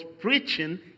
preaching